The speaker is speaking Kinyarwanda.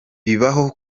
bibaho